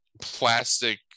plastic